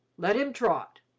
let him trot.